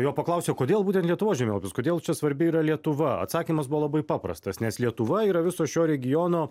jo paklausė kodėl būtent lietuvos žemėlapius kodėl čia svarbi yra lietuva atsakymas buvo labai paprastas nes lietuva yra viso šio regiono